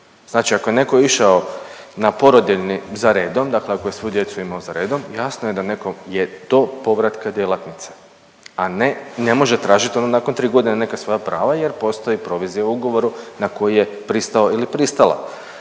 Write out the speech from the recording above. Znači ako je netko išao na porodiljni za redom, dakle ako je svu djecu imao za redom, jasno je da netko je do povratka djelatnice, a ne, ne može tražit ono nakon tri godine neka svoja prava jer postoji provizija u ugovoru na koje je pristao ili pristala.